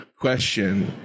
question